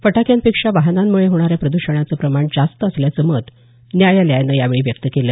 फटाक्यांपेक्षा वाहनांमुळे होणाऱ्या प्रद्षणाचं प्रमाण जास्त असल्याचं मत न्यायालयानं यावेळी व्यक्त केलं